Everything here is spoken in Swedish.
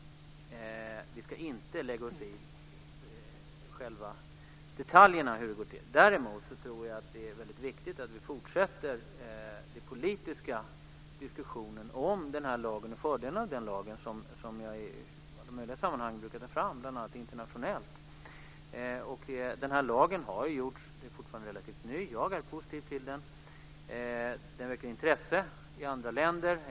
Vi ska inte lägga oss i detaljerna. Däremot är det viktigt att vi fortsätter den politiska diskussionen om fördelarna i denna lag som jag i alla möjliga sammanhang brukar ta fram, bl.a. internationellt. Lagen är fortfarande relativt ny. Jag är positiv till den. Den väcker intresse i andra länder.